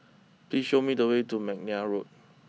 please show me the way to McNair Road